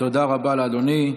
תודה רבה לאדוני.